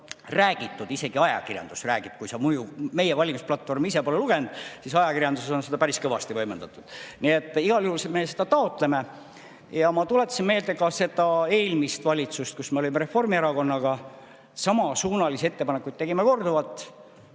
Isegi ajakirjandus räägib seda. Kui sa meie valimisplatvormi ise pole lugenud, siis ajakirjanduses on seda päris kõvasti võimendatud. Nii et igal juhul me seda taotleme. Ma tuletasin meelde ka seda eelmist valitsust, kus me olime Reformierakonnaga ja kus samasuunalisi ettepanekuid tegime korduvalt.